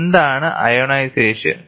എന്താണ് അയോണൈസേഷൻ